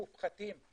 המופחת של הנכסים.